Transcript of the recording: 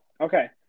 Okay